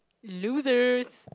losers